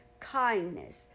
kindness